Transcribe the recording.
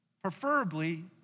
preferably